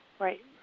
Right